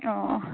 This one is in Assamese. অঁ অঁ